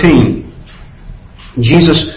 Jesus